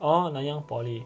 oh nanyang poly